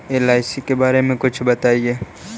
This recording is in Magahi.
एल.आई.सी के बारे मे कुछ बताई?